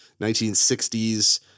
1960s